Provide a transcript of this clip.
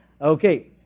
Okay